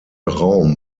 raum